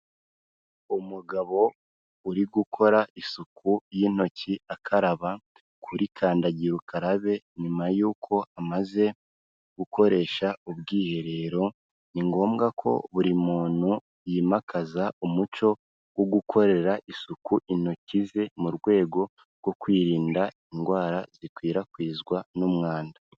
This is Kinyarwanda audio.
Umugabo uri gukora isuku y'intoki akaraba kuri kandagira ukararabe, nyuma y'uko amaze gukoresha ubwiherero, ni ngombwa ko buri muntu yimakaza umuco wo gukorera isuku intoki ze mu rwego rwo kwirinda indwara zikwirakwizwa n'umwanda.